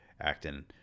acting